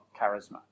charisma